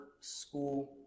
school